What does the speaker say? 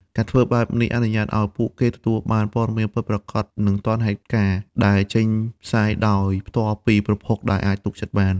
ការធ្វើបែបនេះអនុញ្ញាតឲ្យពួកគេទទួលបាន ព័ត៌មានពិតប្រាកដ និងទាន់ហេតុការណ៍ ដែលចេញផ្សាយដោយផ្ទាល់ពីប្រភពដែលអាចទុកចិត្តបាន។